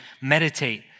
meditate